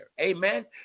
Amen